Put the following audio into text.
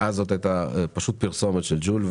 ואז זאת הייתה פשוט פרסומת של ג'ול,